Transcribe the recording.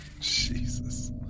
Jesus